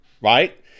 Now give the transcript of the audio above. right